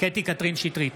קטי קטרין שטרית,